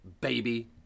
baby